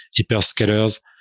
hyperscalers